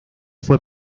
fue